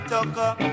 Tucker